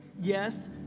Yes